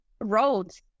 roads